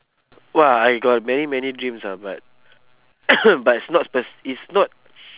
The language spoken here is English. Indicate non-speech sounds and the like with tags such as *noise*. !wah! I got many many dreams ah but *coughs* but it's not sp~ it's not